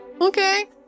Okay